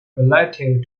relative